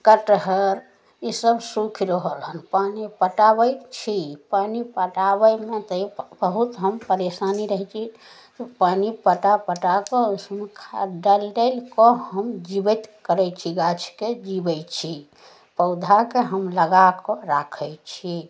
कटहर ई सभ सुखि रहल हन पानि पटाबैत छी पानि पटाबयमे तऽ बहुत हम परेशाने रहय छी पानि पटा पटाकऽ उसमे खाद डालि डालिकऽ हम जिबैत करय छी गाछके जीबय छी पौधाके हम लगाकऽ राखय छी